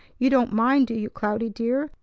you don't mind, do you, cloudy, dear?